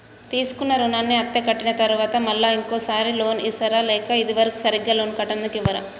తీసుకున్న రుణాన్ని అత్తే కట్టిన తరువాత మళ్ళా ఇంకో సారి లోన్ ఇస్తారా లేక ఇది వరకు సరిగ్గా లోన్ కట్టనందుకు ఇవ్వరా?